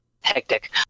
hectic